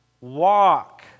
walk